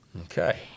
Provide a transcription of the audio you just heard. Okay